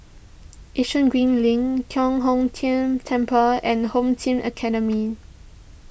Yishun Green Link Giok Hong Tian Temple and Home Team Academy